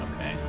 okay